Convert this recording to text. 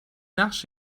نقش